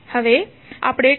હવે આપણે t0